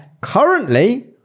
currently